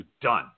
done